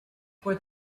for